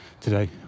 today